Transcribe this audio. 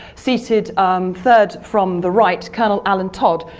seated um third from the right, colonel alan todd,